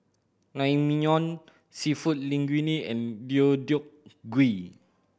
Naengmyeon Seafood Linguine and Deodeok Gui